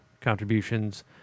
contributions